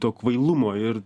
to kvailumo ir